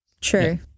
True